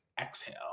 exhale